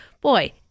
boy